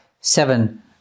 seven